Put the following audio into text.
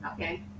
Okay